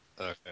Okay